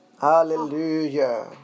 Hallelujah